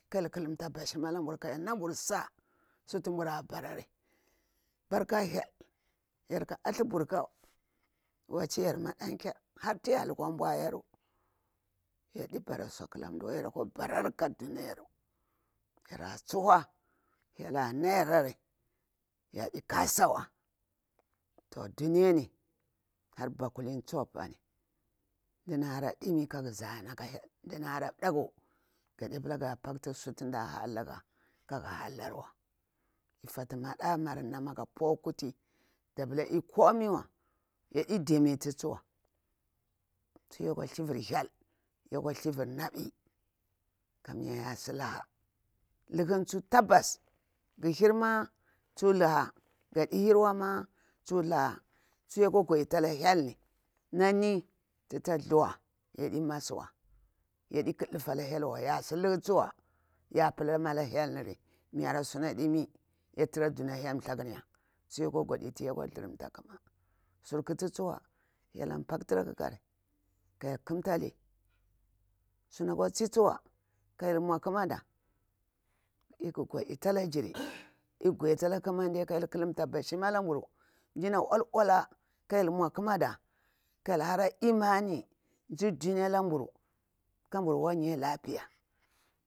Kah hyel ƙulumtala bashin alah nburu kah hyel nanburu sa'a sutu nbura barari. Barka hyel. Yar ƙu hathla burka, waci yar madan kyar harti yar lukwa nburaru, yadi barasu aƙulah ndawa yakwa barari kah duna yaru. Yara tsuhuwa hyel a nayari yardi kasawa. To duniyani har balutini tsu apani ndah hara ɗimi laah gu zani ala hyel, nɗah hara ɓalaku gadipala ga paktisu da halaga kagu halarwa. Efatu maɗa marnamah kah pukwa kuti da pala ekumi yadi dimititsiwa tsu yakwa thlivir hyel yakwa thlivi. nabi kamir yasi luhah. Luhum mah tabas. ga hirmah tsu luhuha gadi hirawama tsu luhuha. tsu yakwa gudita lah hyel na ni tita thuwa yadi masuwa yadi kaldufu ala hyelwa, yasi luhu tsuwa yapala mah ala hyel niri. mihara suna ɗimi tira duna hylthlakun ya tsu yakwe gwadita tsu. yaku thuramta kumah. sur ƙiti tsuwa hyeln paktira ƙukari kah hyel kumtali, suna kwa tsi tswa lkah hyel nmwa ƙumadah. ƙu guditah ala giri, tƙu gudita ƙumade kah hyel kulamta bashim ala nburu njina uwall uwallah ƙah hyel nmwa ƙumada kati hyel imani nzir duniya alanburu ka aburu wayi lafiya.